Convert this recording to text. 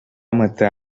matar